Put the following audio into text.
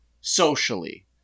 socially